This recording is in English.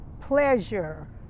pleasure